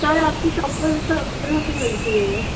سر آپ کی شاپ پر سب طرح کی ملتی ہے یہ